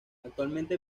actualmente